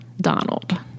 Donald